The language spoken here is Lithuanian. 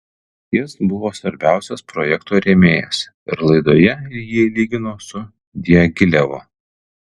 jis buvo svarbiausias projekto rėmėjas ir laidoje jį lygino su diagilevu